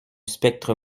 spectre